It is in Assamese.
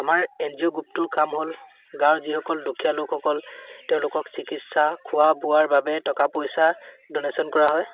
আমাৰ এন জি অ' গ্ৰুপটোৰ কাম হ'ল গাঁৱৰ যিসকল দুখীয়া লোকসকল তেওঁলোকক চিকিৎসা খোৱা বোৱাৰ বাবে টকা পইচা ডনেশ্যন কৰা হয়